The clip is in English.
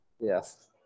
yes